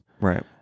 Right